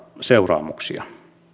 seuraamuksia